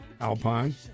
Alpine